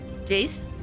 Jace